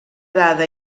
dada